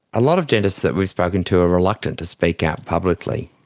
a lot of dentists that we've spoken to are reluctant to speak out publicly.